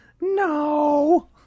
No